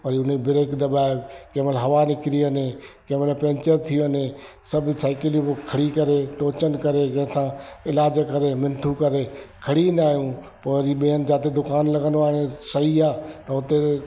वरी उन जी ब्रेक दॿाए कंहिं महिल हवा निकिरी वञे कंहिं महिल पेंचर थी वञे सभु साईकिलियूं पोइ खणी करे टोचन करे जंहिंसां इलाज करे मिनतूं करे खणी ईंदा आहियूं पोइ वरी ॿिए हंधु जाते दुकानु लॻंदो आहे हाणे सही आहे त उते